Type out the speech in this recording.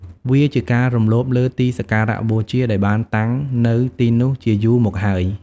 វាជាការរំលោភលើទីសក្ការៈបូជាដែលបានតាំងនៅទីនោះជាយូរមកហើយ។